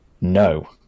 No